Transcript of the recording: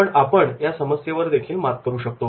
पण आपण या समस्येवर देखील मात करू शकतो